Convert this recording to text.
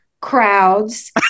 crowds